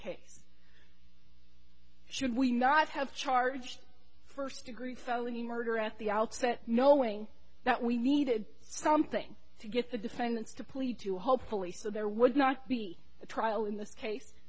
case should we not have charged first degree felony murder at the outset knowing that we needed something to get the defendants to plea to help police so there would not be a trial in this case